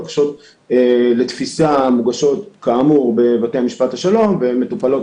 בקשות לתפיסה מוגשות כאמור בבתי משפט השלום ומטופלות